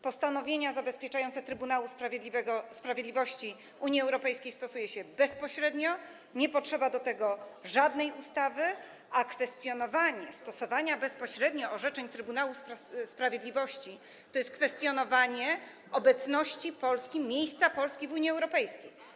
Postanowienia zabezpieczające Trybunału Sprawiedliwości Unii Europejskiej stosuje się bezpośrednio, nie potrzeba do tego żadnej ustawy, a kwestionowanie stosowania bezpośrednio orzeczeń Trybunału Sprawiedliwości to jest kwestionowanie obecności Polski, miejsca Polski w Unii Europejskiej.